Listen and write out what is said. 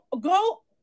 go